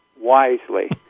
wisely